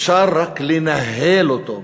אפשר רק לנהל אותו.